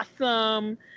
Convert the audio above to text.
awesome